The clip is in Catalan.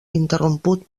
interromput